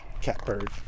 Catbird